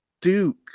Duke